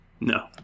No